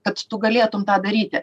kad tu galėtum tą daryti